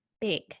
big